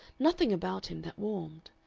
nothing about him that warmed.